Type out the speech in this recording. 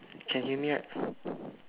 can hear me right